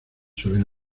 suelen